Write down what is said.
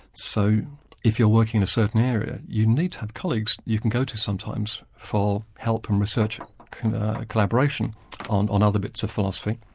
so if you're working in a certain area, you need to have colleagues you can go to sometimes for help and um research and collaboration on on other bits of philosophy.